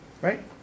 Right